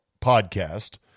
podcast